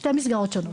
שתי מסגרות שונות.